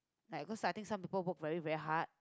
like cause I think some people work very very hard